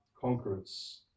conquerors